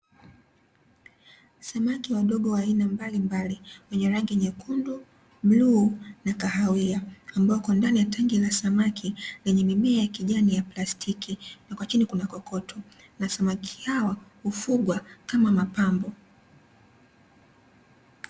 Samaki wadogo wa aina mbalimbali, wenye rangi nyekundu; bluu na kahawia, ambapo ndani ya tenki la samaki yenye mimea ya kijani ya plastiki na kwa chini kuna kokoto. Na samaki hao hufugwa kama mapambo.